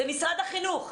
זה משרד החינוך.